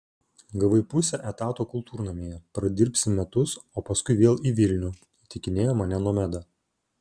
gavai pusę etato kultūrnamyje pradirbsi metus o paskui vėl į vilnių įtikinėja mane nomeda